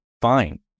Fine